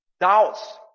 doubts